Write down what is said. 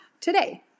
today